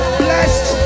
blessed